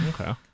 okay